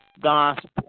gospel